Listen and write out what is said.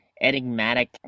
enigmatic